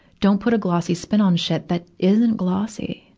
don't put a glossy spin on shit that isn't glossy,